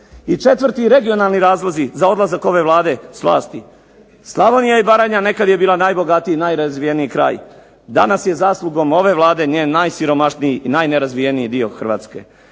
I 4. regionalni razlozi za odlazak ove vlade s vlasti, Slavonija i Baranja nekada je bila najbogatiji i najrazvijeniji kraj, danas je zaslugom ove Vlade njen najsiromašniji i najnerazvijeniji dio Hrvatske,